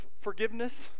forgiveness